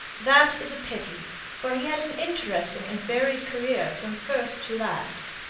that is a pity for he had an interesting and varied career from first to last.